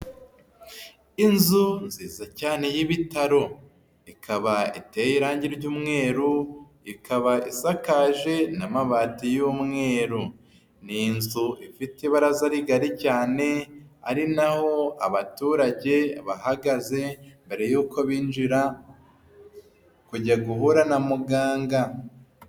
Inzu nziza cyane y'ibitaro ikaba iteye irangi ry'umweru ikaba isakaje n'amabati y'umweru ni inzu ifite ibaraza rigari cyane ari naho abaturage bahagaze mbere y'uko binjira kujya guhura na muganga.